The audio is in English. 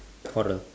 horror